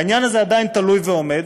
העניין הזה עדיין תלוי ועומד,